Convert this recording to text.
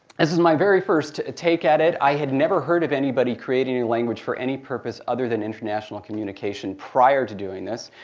this was my very first take at it. i had never heard of anybody creating a language for any purpose other than international communication prior to doing this.